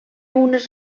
unes